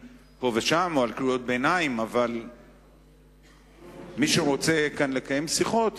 הקילומטרז' שעושים כל כלי הרכב במדינת